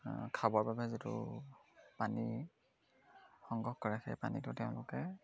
খাবৰ বাবে যিটো পানী সংগ্ৰহ কৰে সেই পানীটো তেওঁলোকে